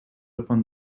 upon